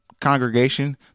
congregation